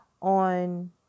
on